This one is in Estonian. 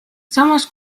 samas